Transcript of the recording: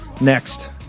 Next